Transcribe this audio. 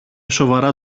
σοβαρά